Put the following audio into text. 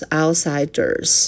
outsiders